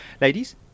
Ladies